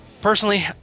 personally